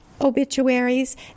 obituaries